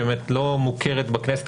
שלא מוכרת בכנסת,